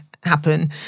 happen